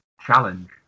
challenge